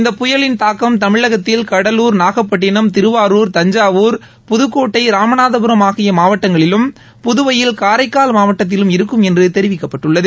இந்த புயலின் தாக்கம் தமிழகத்தில் கடலூர் நாகப்பட்டினம் திருவாரூர் தஞ்சாவூர் புதக்கோட்டட ராமநாதபுரம் ஆகிய மாவட்டங்களிலும் புதுவையில் காரைக்கால் மாவட்டத்திலும் இருக்கும் என்று தெரிவிக்கப்பட்டுள்ளது